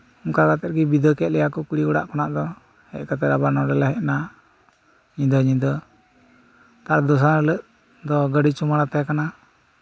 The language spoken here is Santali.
ᱚᱱᱠᱟ ᱠᱟᱛᱮᱫ ᱜᱮ ᱵᱤᱫᱟᱹ ᱠᱮᱫ ᱞᱮᱭᱟ ᱠᱚ ᱠᱩᱲᱤ ᱚᱲᱟᱜ ᱠᱷᱚᱱᱟᱜ ᱫᱚ ᱦᱮᱡ ᱠᱟᱛᱮᱫ ᱟᱵᱟᱨ ᱱᱚᱰᱮᱞᱮ ᱦᱮᱡ ᱮᱱᱟ ᱧᱤᱫᱟᱹ ᱧᱤᱫᱟᱹ ᱟᱨ ᱫᱚᱥᱟᱨ ᱦᱤᱞᱳᱜ ᱫᱚ ᱜᱤᱹᱰᱤ ᱪᱩᱢᱟᱹᱲᱟ ᱛᱟᱦᱮ ᱠᱟᱱᱟ